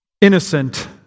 innocent